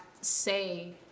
say